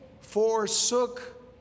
forsook